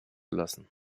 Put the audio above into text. lassen